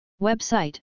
Website